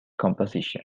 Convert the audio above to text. composition